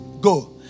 go